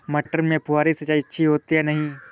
मटर में फुहरी सिंचाई अच्छी होती है या नहीं?